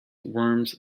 worms